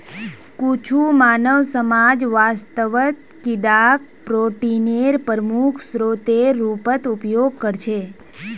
कुछु मानव समाज वास्तवत कीडाक प्रोटीनेर प्रमुख स्रोतेर रूपत उपयोग करछे